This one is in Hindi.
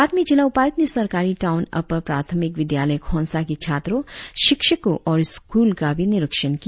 बाद में जिला उपायुक्त ने सरकारी टाऊन अपर प्राथमिक विद्यालय खोंसा की छात्रों शिक्षको और स्कूल का भी निरिक्षण किया